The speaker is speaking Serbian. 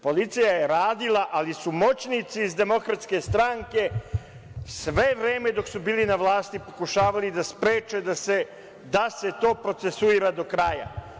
Policija je radila, ali su moćnici iz DS sve vreme dok su bili na vlasti pokušavali da spreče da se to procesuira do kraja.